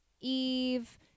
Eve